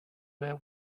their